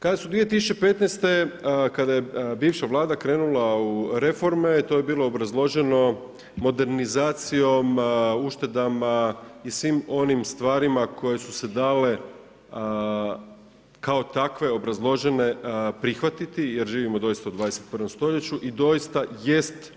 Kad su 2015. kada je bivša Vlada krenula u reforme to je bilo obrazloženo modernizacijom uštedama i svim onim stvarima koje su se dale kao takve obrazložene prihvatiti, jer živimo doista u 21. stoljeću i doista jest